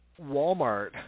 walmart